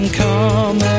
come